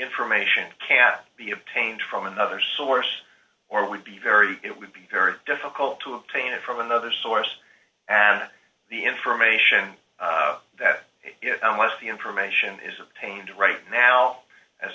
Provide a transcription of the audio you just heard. information can be obtained from another source or would be very it would be very difficult to obtain it from another source and the information that unless the information is obtained right now as